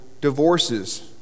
divorces